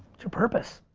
it's your purpose.